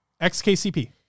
Xkcp